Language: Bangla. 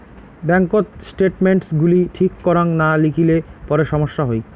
ব্যাঙ্ককোত স্টেটমেন্টস গুলি ঠিক করাং না লিখিলে পরে সমস্যা হই